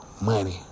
money